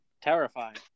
terrifying